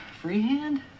Freehand